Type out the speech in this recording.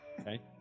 Okay